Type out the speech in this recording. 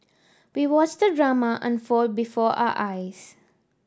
we watched the drama unfold before our eyes